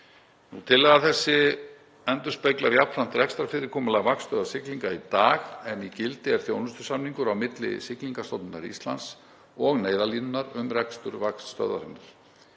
Tillaga þessi endurspeglar jafnframt rekstrarfyrirkomulag vaktstöðvar siglinga í dag en í gildi er þjónustusamningur á milli Siglingastofnunar Íslands og Neyðarlínunnar um rekstur vaktstöðvarinnar.